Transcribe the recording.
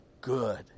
good